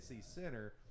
Center –